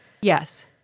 Yes